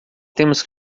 temos